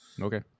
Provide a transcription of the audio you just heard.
Okay